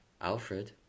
Alfred